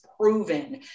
proven